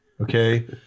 Okay